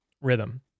rhythm